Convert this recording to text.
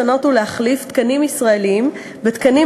לשנות ולהחליף תקנים ישראליים בתקנים